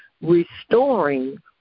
Restoring